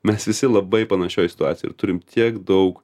mes visi labai panašioj situacijoj ir turim tiek daug